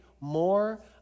more